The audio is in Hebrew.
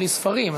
בלי ספרים,